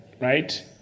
right